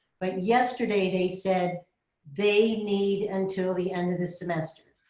but yesterday they said they need until the end of this semester.